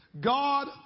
God